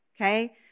okay